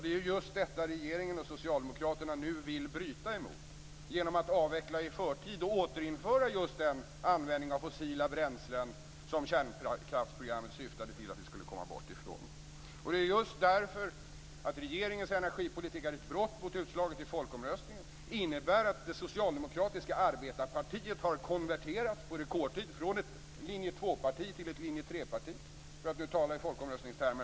Det är just detta som regeringen och Socialdemokraterna nu vill bryta emot genom att avveckla i förtid och återinföra den användning av fossila bränslen som kärnkraftsprogrammet syftade till att ta oss bort ifrån. Regeringens energipolitik är ett brott mot utslaget i folkomröstningen. Det innebär att det socialdemokratiska arbetarpartiet har konverterat på rekordtid från ett linje 2-parti till ett linje 3-parti - för att nu tala i folkomröstningstermer.